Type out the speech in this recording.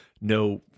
no